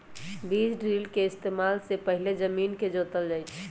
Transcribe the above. बीज ड्रिल के इस्तेमाल से पहिले जमीन के जोतल जाई छई